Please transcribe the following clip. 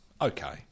okay